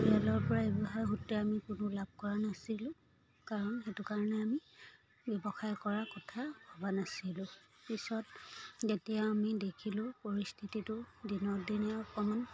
পৰিয়ালৰ পৰা ব্যৱসায় সূত্ৰে আমি কোনো লাভ কৰা নাছিলো কাৰণ সেইটো কাৰণে আমি ব্যৱসায় কৰা কথা ভবা নাছিলো পিছত যেতিয়া আমি দেখিলো পৰিস্থিতিটো দিনক দিনে অকণমান